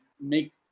make